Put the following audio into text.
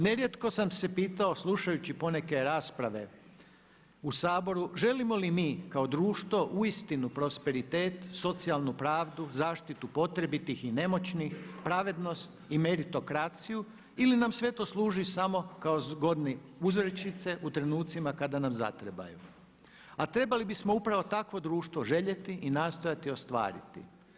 Nerijetko sam se pitao slušajući poneke rasprave u Saboru, želimo li mi kao društvo uistinu prosperitet, socijalnu pravdu, zaštitu potrebitih i nemoćnih, pravednost i meritokraciju ili nam sve to služi samo kao zgodne uzrečice u trenucima kada nam zatrebaju, a trebali bismo upravo takvo željeti i nastojati ostvariti.